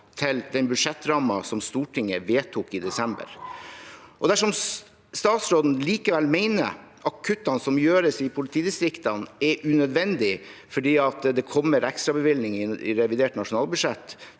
til den budsjettrammen som Stortinget vedtok i desember. Dersom statsråden likevel mener at kuttene som gjøres i politidistriktene, er unødvendige, fordi det kommer ekstrabevilgninger i revidert nasjonalbudsjett